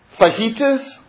fajitas